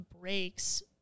breaks